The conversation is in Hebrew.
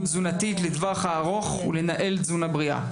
תזונתית לטווח הארוך ולנהל תזונה בריאה.